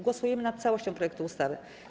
Głosujemy nad całością projektu ustawy.